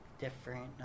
different